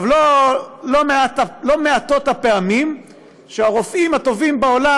לא מעטות הפעמים שהרופאים הטובים בעולם